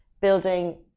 building